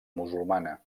musulmana